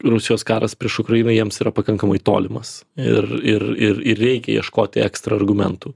rusijos karas prieš ukrainą jiems yra pakankamai tolimas ir ir ir ir reikia ieškoti ekstra argumentų